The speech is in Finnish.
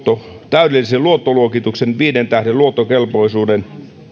täydellisen luottoluokituksen viiden tähden luottokelpoisuuden ja